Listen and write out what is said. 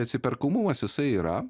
atsiperkamumas jisai yra